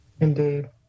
indeed